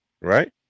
right